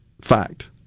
fact